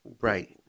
right